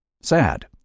Sad